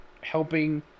helping